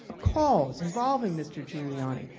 ah calls involving mr. giuliani.